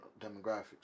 demographics